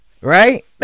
right